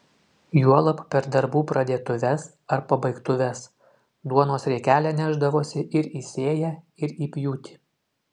juolab per darbų pradėtuves ar pabaigtuves duonos riekelę nešdavosi ir į sėją ir į pjūtį